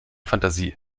fantasie